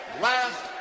last